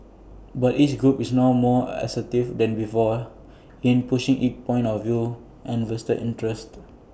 but each group is now more assertive than before in pushing its point of view and vested interests